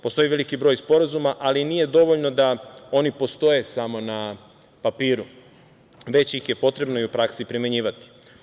Postoji veliki broj sporazuma, ali nije dovoljno da oni samo postoje na papiru, već ih je potrebno i u praski primenjivati.